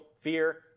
fear